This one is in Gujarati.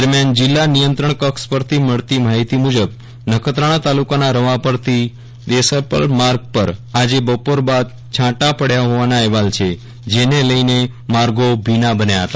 દરમિયાન જિલ્લા નિયંત્રણ કક્ષ પરથી મળતી માહિતી મુજબ નખત્રાણા તાલુકાના રવાપરથી દેશલપર માર્ગ પર આજે બપોર બાદ છાંટા પડ્યા હોવાના અહેવાલ છે જેને લઈને માર્ગો ભીના બન્યા હતા